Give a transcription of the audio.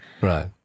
right